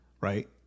right